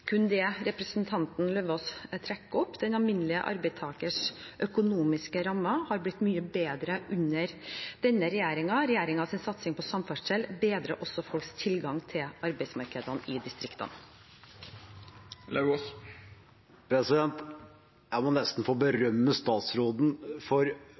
kun det representanten Lauvås trekker opp. Den alminnelige arbeidstakers økonomiske rammer har blitt mye bedre under denne regjeringen. Regjeringens satsing på samferdsel bedrer også folks tilgang til arbeidsmarkedene i distriktene. Jeg må nesten få